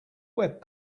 web